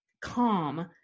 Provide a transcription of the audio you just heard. calm